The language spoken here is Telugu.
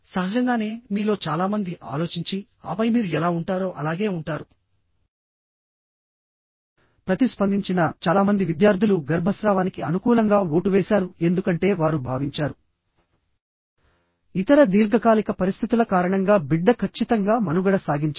సహజంగానే మీలో చాలా మంది ఆలోచించి ఆపై మీరు ఎలా ఉంటారో అలాగే ఉంటారు ప్రతిస్పందించిన చాలా మంది విద్యార్థులు గర్భస్రావానికి అనుకూలంగా ఓటు వేశారు ఎందుకంటే వారు భావించారు ఇతర దీర్ఘకాలిక పరిస్థితుల కారణంగా బిడ్డ ఖచ్చితంగా మనుగడ సాగించదు